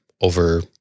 Over